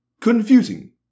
Confusing